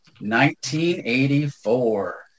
1984